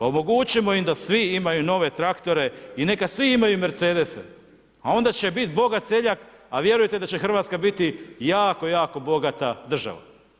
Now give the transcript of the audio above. Omogućimo im da svi imaju nove traktore i neka svi imaju Mercedese, a onda će biti bogat seljak, a vjerujte da će Hrvatska biti jako jako bogata država.